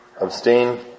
Abstain